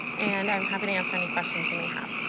and i'm happy to answer any questions you may have.